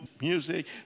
music